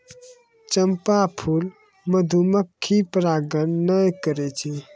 चंपा फूल मधुमक्खी परागण नै करै छै